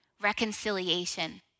reconciliation